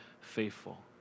faithful